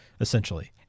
essentially